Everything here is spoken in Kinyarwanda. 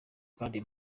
kandi